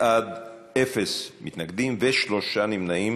16 בעד, אין מתנגדים, אין נמנעים